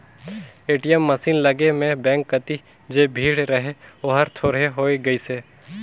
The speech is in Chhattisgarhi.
ए.टी.एम मसीन लगे में बेंक कति जे भीड़ रहें ओहर थोरहें होय गईसे